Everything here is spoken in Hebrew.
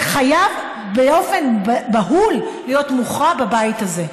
זה חייב, באופן בהול, להיות מוכרע בבית הזה.